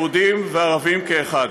יהודים וערבים כאחד.